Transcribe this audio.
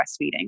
breastfeeding